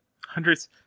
Hundreds